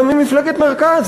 אלא ממפלגת מרכז.